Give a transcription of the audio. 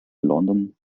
london